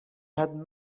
had